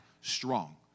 strong